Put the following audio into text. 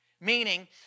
Meaning